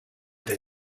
they